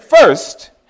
First